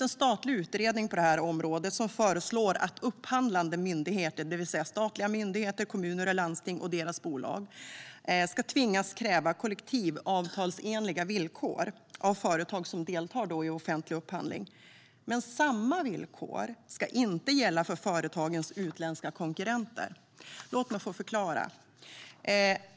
En statlig utredning på området föreslår att upphandlande myndigheter, det vill säga statliga myndigheter, kommuner och landsting och deras bolag, ska tvingas kräva kollektivavtalsenliga villkor av företag som deltar i offentliga upphandlingar. Men samma villkor ska inte gälla företagarens utländska konkurrenter. Låt mig förklara!